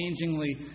unchangingly